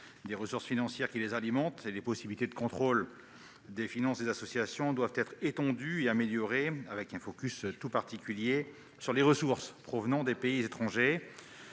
des ressources financières qui les alimentent. Les possibilités de contrôle des finances des associations doivent être étendues et améliorées, avec un focus tout particulier sur les ressources provenant des pays étrangers.